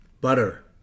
butter